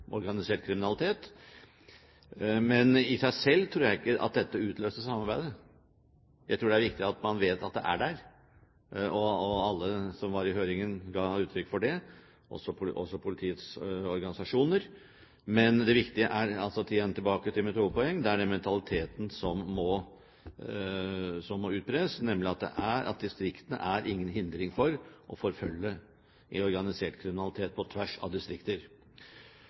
organisert kriminalitet, men i seg selv tror jeg ikke at dette utløser samarbeidet. Jeg tror det er viktig at man vet at det er der, og alle som var i høringen, ga uttrykk for det – også politiets organisasjoner. Men det viktige er – igjen tilbake til mitt hovedpoeng – at den mentaliteten som må utbres når det gjelder organisert kriminalitet, er at det ikke er noe til hinder for å forfølge på tvers av